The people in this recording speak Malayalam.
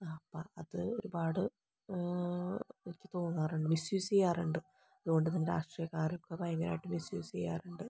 ആ അപ്പം അത് ഒരുപാട് എനിക്ക് തോന്നാറുണ്ട് മിസ്യൂസ് ചെയ്യാറുണ്ട് അതുകൊണ്ടുതന്നെ രാഷ്ട്രീയക്കാരൊക്കെ ഭയങ്കരമായിട്ട് മിസ്യൂസ് ചെയ്യാറുണ്ട്